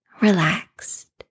relaxed